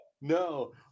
No